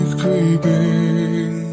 creeping